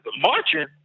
marching